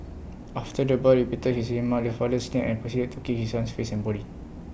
after the boy repeated his remark the father snapped and proceeded to kick his son's face and body